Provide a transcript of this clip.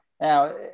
now